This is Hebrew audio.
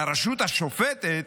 והרשות השופטת